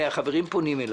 חברים פונים אליי,